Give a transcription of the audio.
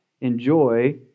enjoy